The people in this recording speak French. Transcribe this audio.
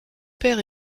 père